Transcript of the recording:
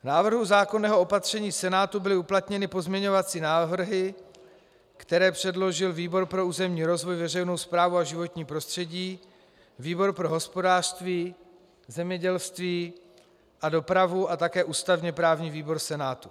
V návrhu zákonného opatření Senátu byly uplatněny pozměňovací návrhy, které předložil výbor pro územní rozvoj, veřejnou správu a životní prostředí, výbor pro hospodářství, zemědělství a dopravu a také ústavněprávní výbor Senátu.